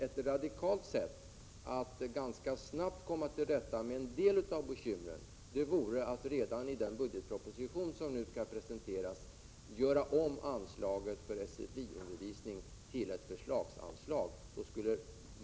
Ett radikalt sätt att ganska snabbt komma till rätta med en del av bekymren vore emellertid att redan i den budgetproposition som nu skall presenteras göra om anslaget för SFI-undervisningen till ett förslagsanslag.